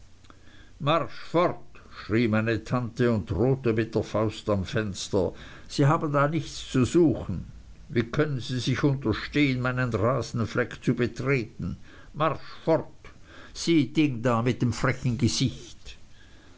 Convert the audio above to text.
meine tante und drohte mit der faust am fenster sie haben da nichts zu suchen wie können sie sich unterstehen meinen rasenfleck zu betreten marsch fort sie ding da mit dem frechen gesicht